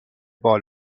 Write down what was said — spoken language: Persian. بال